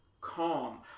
calm